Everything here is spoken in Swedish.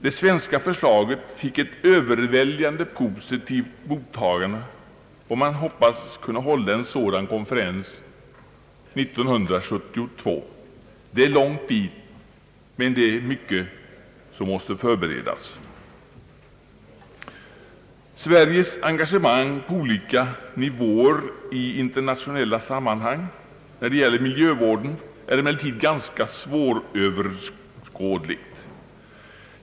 Det svenska förslaget fick ett överväldigande positivt mottagande, och man hoppas kunna hålla en sådan konferens år 1972. Det är långt dit men mycket måste förberedas. Sveriges engagemang på olika nivåer i internationella sammanhang när det gäller miljövården är emellertid ganska svåröverskådligt.